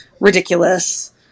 ridiculous